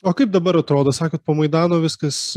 o kaip dabar atrodo sakot po maidano viskas